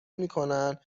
میکنن